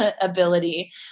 ability